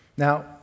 Now